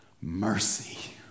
Mercy